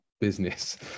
business